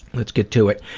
let's get to it.